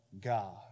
God